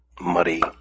muddy